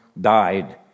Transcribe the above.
died